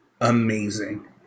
amazing